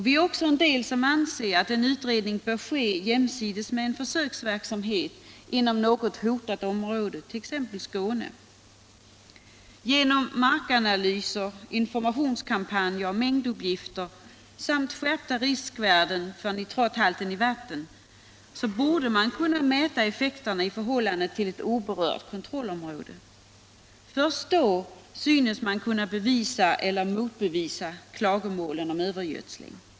Vi är också några som anser att en utredning bör ske jämsides med en försöksverksamhet inom något hotat område, t.ex. Skåne. Genom markanalyser, informationskampanjer, mängduppgifter samt en skärpning när det gäller riskvärdena för nitrathalten i vatten borde man kunna mäta effekterna i förhållande till värdena för ett oberört kontrollområde. Först då synes man kunna bevisa eller motbevisa klagomålen om övergödsling.